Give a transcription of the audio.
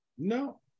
No